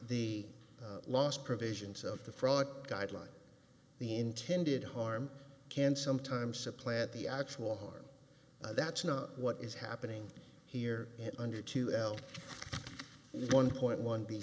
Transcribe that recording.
the last provisions of the fraud guideline the intended harm can sometimes supplant the actual harm that's not what is happening here and under two l one point one b